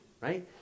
right